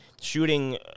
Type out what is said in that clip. shooting